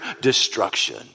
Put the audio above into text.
destruction